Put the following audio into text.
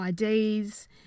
IDs